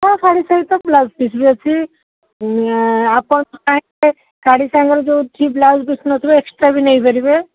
ହଁ ଶାଢ଼ୀ ସହିତ blouse piece ବି ଅଛି ଆପଣ ଚାହିଁବେ ଶାଢ଼ୀ ସାଙ୍ଗରେ ଯେଉଁ ବ୍ଲାଉଜ୍ ପିସ୍ ନ ଥିବ ଏକ୍ସଟ୍ରା ବି ନେଇ ପାରିବେ